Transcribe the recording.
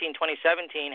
2017